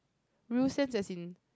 real sense as in